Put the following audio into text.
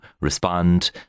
respond